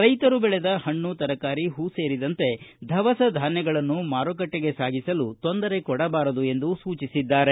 ರೈತರು ಬೆಳೆದ ಹಣ್ಣು ತರಕಾರಿ ಹೂ ಸೇರಿದಂತೆ ದವಸ ಧಾನ್ಯಗಳನ್ನು ಮಾರುಕಟ್ಟೆಗೆ ಸಾರಿಸಲು ತೊಂದರೆ ಕೊಡಬಾರದು ಎಂದು ಸೂಚಿಸಿದ್ದಾರೆ